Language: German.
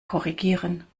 korrigieren